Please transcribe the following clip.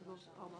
מי בעד, מי נגד?